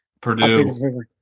Purdue